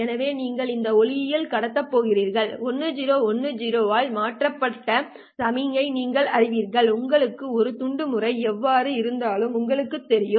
எனவே நீங்கள் இந்த ஒளியியலை கடத்தப் போகிறீர்கள் 1010 ஆல் மாற்றியமைக்கப்பட்ட சமிக்ஞையை நீங்கள் அறிவீர்கள் உங்களிடம் உள்ள துண்டுமுறை எதுவாக இருந்தாலும் உங்களுக்குத் தெரியும்